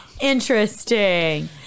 interesting